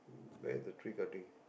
where the tree cutting